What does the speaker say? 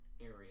area